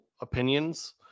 opinions